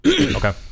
Okay